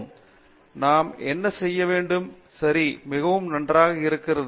பேராசிரியர் பிரதாப் ஹரிதாஸ் நாம் என்ன செய்ய வேண்டும் சரி மிகவும் நன்றாக இருக்கிறது